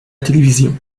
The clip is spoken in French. télévision